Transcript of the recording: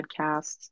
podcasts